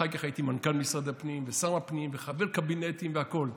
אחר כך הייתי מנכ"ל משרד הפנים ושר הפנים וחבר קבינטים והכול.